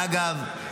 ואגב,